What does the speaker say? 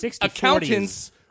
accountants